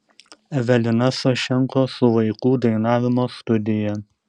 evelina sašenko su vaikų dainavimo studija